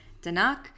Danak